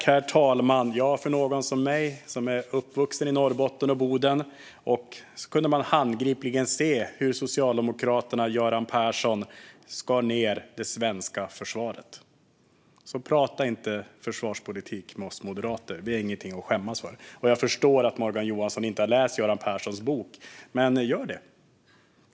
Herr talman! För någon som mig, som är uppvuxen i Norrbotten och Boden, var det möjligt att handgripligen se hur Socialdemokraterna och Göran Persson skar ned på det svenska försvaret. Så prata inte försvarspolitik med oss moderater! Vi har ingenting att skämmas för. Jag förstår att Morgan Johansson inte har läst Göran Perssons bok, men gör det!